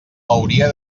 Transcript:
hauria